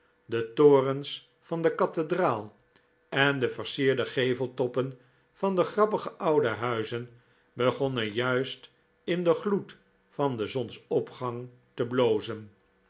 de torens van de kathedraal en de versierde geveltoppen van de grappige oude huizen begonnen juist in den gloed van den zonsopgang te blozen